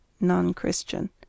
Non-Christian